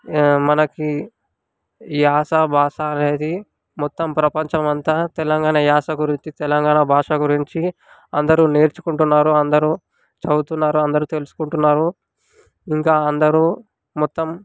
మనకి యాస భాష అనేది మొత్తం ప్రపంచమంతా తెలంగాణ యాస గురించి తెలంగాణ భాష గురించి అందరూ నేర్చుకుంటున్నారు అందరూ చదువుతున్నారు అందరూ తెలుసుకుంటున్నారు ఇంకా అందరూ మొత్తం